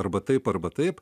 arba taip arba taip